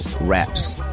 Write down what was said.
raps